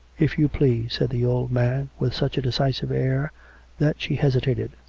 if you please, said the old man, with such a decisive air that she hesitated.